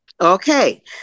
Okay